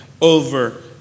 over